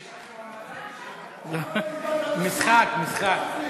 משחק, משחק.